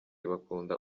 bakunda